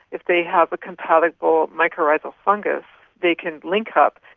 if they have a compatible mycorrhizal fungus they can link up,